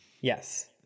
Yes